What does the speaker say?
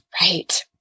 Right